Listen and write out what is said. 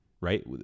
right